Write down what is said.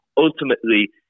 ultimately